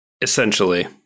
essentially